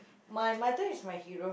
my mother is my hero